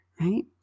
right